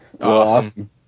awesome